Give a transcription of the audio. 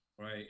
right